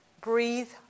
breathe